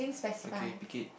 okay pick it